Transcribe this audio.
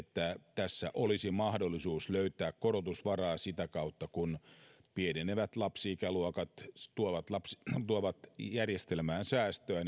tässä olisi mahdollisuus löytää korotusvaraa sitä kautta että kun pienenevät lapsi ikäluokat tuovat järjestelmään säästöä